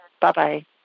bye-bye